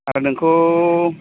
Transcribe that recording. आरो नोंखौ